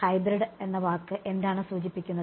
അപ്പോൾ ഹൈബ്രിഡ് എന്ന വാക്ക് എന്താണ് സൂചിപ്പിക്കുന്നത്